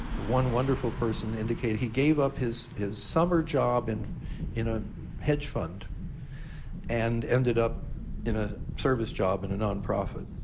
one wonderful person indicated he gave up his his summer job in in a hedge fund and ended up in a service job in a nonprofit.